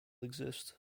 exist